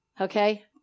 Okay